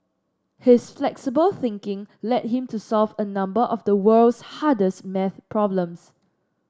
his flexible thinking led him to solve a number of the world's hardest maths problems